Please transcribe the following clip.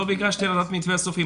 לא ביקשתי לדעת מה המתווה הסופי.